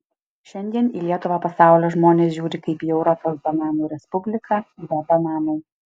šiandien į lietuvą pasaulio žmonės žiūri kaip į europos bananų respubliką be bananų